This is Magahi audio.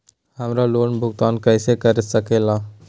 हम्मर लोन भुगतान कैसे कर सके ला?